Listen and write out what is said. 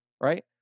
right